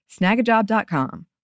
Snagajob.com